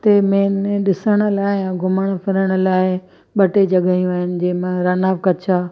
हिते main main ॾिसण लाइ ऐं घुमण फ़िरण लाइ ॿ टे जॻहियूं आहिनि जंहिं में रण ऐं कच्छ आहे